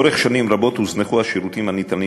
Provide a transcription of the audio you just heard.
לאורך שנים רבות הוזנחו השירותים הניתנים